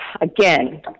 again